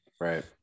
right